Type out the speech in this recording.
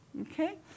Okay